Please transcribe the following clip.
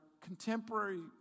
contemporary